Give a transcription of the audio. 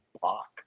block